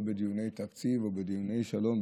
לא בדיוני תקציב או בדיוני שלום.